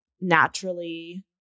naturally